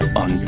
on